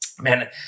man